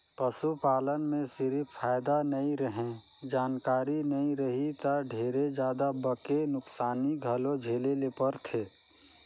पसू पालन में सिरिफ फायदा नइ रहें, जानकारी नइ रही त ढेरे जादा बके नुकसानी घलो झेले ले परथे